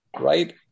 right